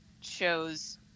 shows